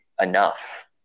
enough